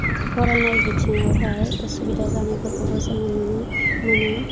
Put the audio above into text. फरायनाय बिथिङावहाय असुबिदा जानायफोरखौबो जोङो नुनो मोनो